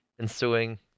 ensuing